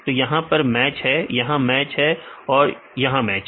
तो यहां पर मैच है यहां मैच है और यहां मैच है